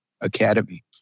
Academy